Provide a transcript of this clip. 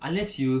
unless you